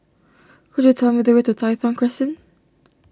could you tell me the way to Tai Thong Crescent